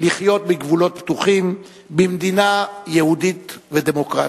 לחיות בגבולות בטוחים במדינה יהודית ודמוקרטית.